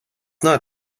not